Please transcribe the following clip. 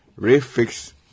refix